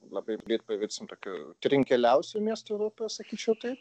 labai greit pavirsime tokiu trinkeliausiu miestu pasakyčiau taip